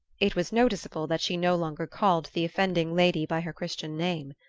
it was noticeable that she no longer called the offending lady by her christian name.